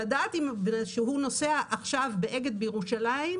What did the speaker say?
לדעת שהוא נוסע עכשיו באגד בירושלים,